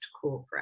corporate